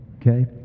Okay